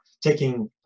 taking